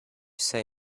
say